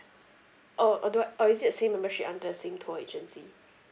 or uh do I or is it the same membership under the same tour agency